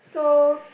so